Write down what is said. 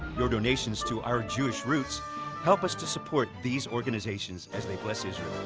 your donations to our jewish roots help us to support these organizations as they bless israel.